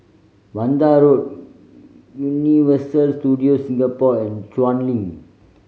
Vanda Road Universal Studios Singapore and Chuan Link